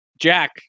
Jack